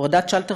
הורדת שלטר,